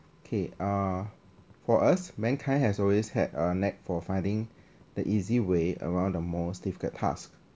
okay uh for us mankind has always had a net for finding the easy way around the most difficult task